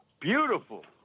beautiful